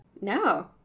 No